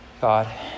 God